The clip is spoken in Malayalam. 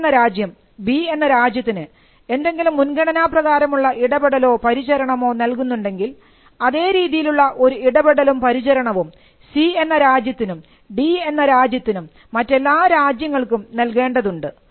എ എന്ന രാജ്യം ബി എന്ന രാജ്യത്തിന് എന്തെങ്കിലും മുൻഗണനാപ്രകാരമുള്ള ഇടപെടലോ പരിചരണമോ നൽകുന്നുണ്ടെങ്കിൽ അതേ രീതിയിലുള്ള ഒരു ഇടപെടലും പരിചരണവും സി എന്ന രാജ്യത്തിനും ഡി എന്ന രാജ്യത്തിനും മറ്റെല്ലാ രാജ്യങ്ങൾക്കും നൽകേണ്ടതുണ്ട്